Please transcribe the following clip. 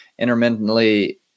intermittently